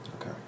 Okay